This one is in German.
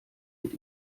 mit